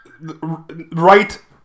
right